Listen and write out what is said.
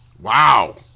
Wow